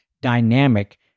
dynamic